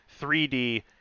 3d